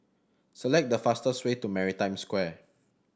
select the fastest way to Maritime Square